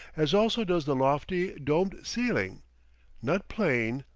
as also does the lofty, domed ceiling not plain,